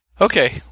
Okay